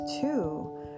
two